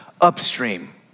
upstream